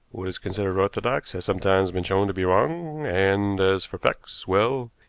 what is considered orthodox has sometimes been shown to be wrong and as for facts well,